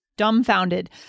Dumbfounded